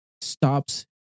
stops